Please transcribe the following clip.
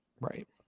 Right